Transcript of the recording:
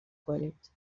کنید